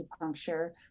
acupuncture